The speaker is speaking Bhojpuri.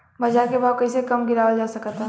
बाज़ार के भाव कैसे कम गीरावल जा सकता?